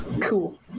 Cool